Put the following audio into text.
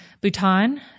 Bhutan